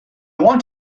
want